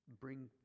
bring